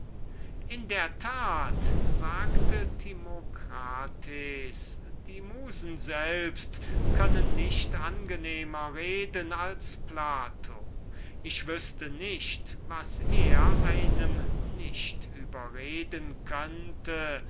in der tat sagte timocrates die musen können nicht angenehmer reden als plato ich wißte nicht was er einen nicht überreden könnte